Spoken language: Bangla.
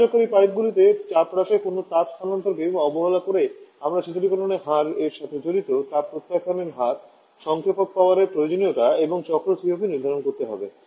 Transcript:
সংযোগকারী পাইপগুলিতে চাপ হ্রাসে কোনও তাপ স্থানান্তরকে অবহেলা করে আমাদের শীতলকরণের হার এর সাথে জড়িত তাপ হ্রাসের হার সংক্ষেপক পাওয়ারের প্রয়োজনীয়তা এবং চক্র COP নির্ধারণ করতে হবে